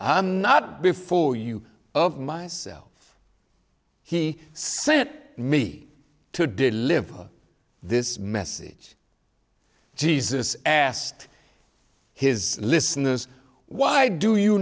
this not before you of myself he sent me to deliver this message jesus asked his listeners why do you